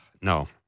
No